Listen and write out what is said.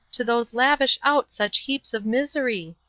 to those lavish out such heaps of misery?